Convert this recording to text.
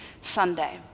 Sunday